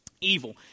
evil